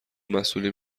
مسئولین